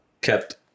kept